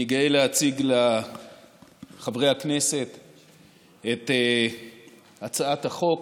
אני גאה להציג לחברי הכנסת את הצעת החוק,